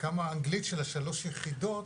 כמה האנגלית של השלוש יחידות